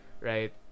Right